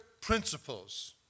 principles